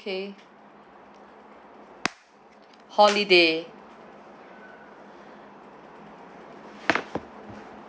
okay holiday